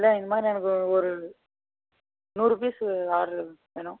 இல்லை இந்த மாதிரி எனக்கு ஒரு நூறு பீஸ் ஆடரு வேணும்